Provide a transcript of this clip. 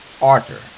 Arthur